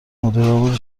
مدیرعامل